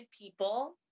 people